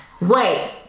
wait